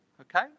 Okay